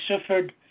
suffered